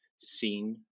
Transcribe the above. seen